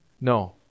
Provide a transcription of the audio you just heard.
No